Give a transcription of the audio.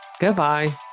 goodbye